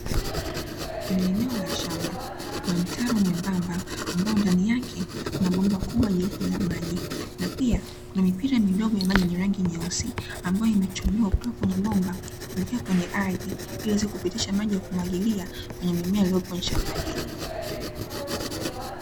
Kwenye eneo la shamba kuna mtaro mwembamba ambao ndani yake kuna bomba kubwa jeupe la maji, na pia kuna mipira midogo ya maji yenye rangi nyeusi ambayo imechomekwa kutoka kwenye bomba kuelekea kwenye ardhi, ili iweze kupitisha maji ya kumwagilia kwenye mimea iliyopo kwenye shamba hilo.